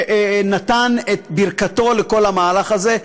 שנתן את ברכתו לכל המהלך הזה.